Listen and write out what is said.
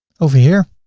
over here,